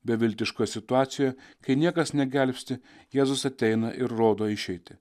beviltiškoje situacijoje kai niekas negelbsti jėzus ateina ir rodo išeitį